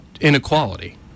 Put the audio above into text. inequality